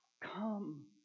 Come